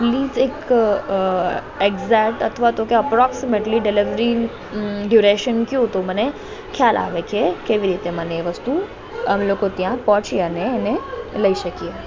please એક exact અથવા તો કે અપ્રોક્ષિમેટલી ડેલીવરી ડ્યુરેસન કહો તો મને ખ્યાલ આવે કે કેવી રીતે મને એ વસ્તુ અમે લોકો ત્યાં પહોંચી અને એને લઈ શકીએ